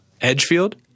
Edgefield